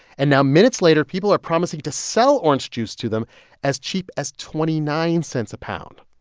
and now minutes later, people are promising to sell orange juice to them as cheap as twenty nine cents a pound.